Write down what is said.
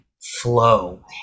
flow